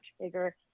bigger